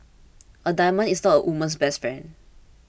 a diamond is not a woman's best friend